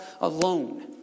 alone